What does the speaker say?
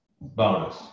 Bonus